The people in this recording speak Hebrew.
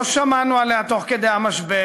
לא שמענו עליה תוך כדי המשבר.